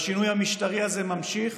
השינוי המשטרי הזה ממשיך